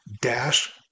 dash